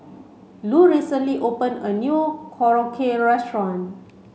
Lu recently open a new Korokke restaurant